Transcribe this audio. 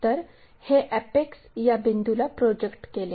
तर हे अॅपेक्स या बिंदूला प्रोजेक्ट केले